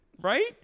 right